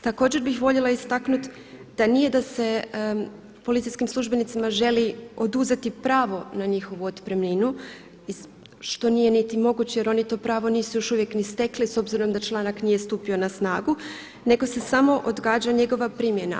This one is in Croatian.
Također bih voljela istaknuti da nije da se policijskim službenicima želi oduzeti pravo na njihovu otpremninu što nije niti moguće jer oni to pravo nisu još uvijek ni stekli s obzirom da članak nije stupio na snagu, nego se samo odgađa njegova primjena.